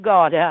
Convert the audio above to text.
God